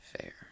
fair